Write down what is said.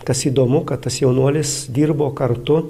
tas įdomu kad tas jaunuolis dirbo kartu